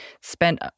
spent